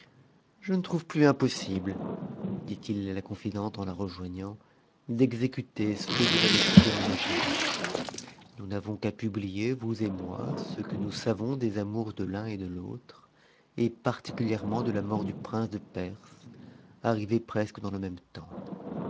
je ne trouve plus impossible dit-il a la conudcnte en la rejoignant d'exécuter ceqmvous avez si bien imagine nous n'avons qu'a publier vous et moi ce que nous savons des amours de l'nn et de l'autre et particulièrement te la mort du prince de perse arrivée presque dans le même temps